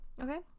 Okay